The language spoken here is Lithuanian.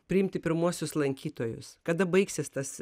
priimti pirmuosius lankytojus kada baigsis tas